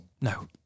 No